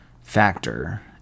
factor